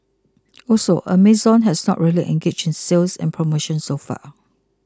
also Amazon has not really engaged in sales and promotions so far